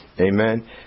Amen